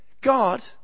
god